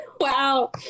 Wow